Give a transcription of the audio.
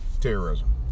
Terrorism